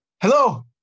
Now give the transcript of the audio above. Hello